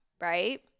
right